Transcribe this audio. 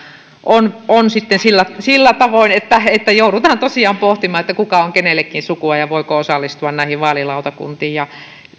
on on sillä sillä tavoin että joudutaan tosiaan pohtimaan kuka on kenellekin sukua ja voiko osallistua näihin vaalilautakuntiin